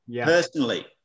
personally